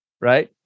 Right